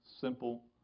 simple